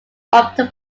upton